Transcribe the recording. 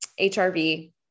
HRV